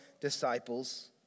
disciples